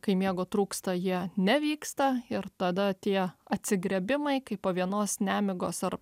kai miego trūksta jie nevyksta ir tada tie atsigriebimai kaip po vienos nemigos ar